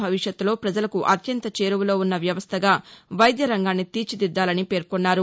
భవిష్యత్తులో ప్రజలకు అత్యంత చేరువలో ఉన్న వ్యవస్థగా వైద్య రంగాన్ని తీర్చిదిద్దాలని పేర్కొన్నారు